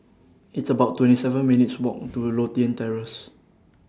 It's about twenty seven minutes' Walk to Lothian Terrace